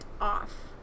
off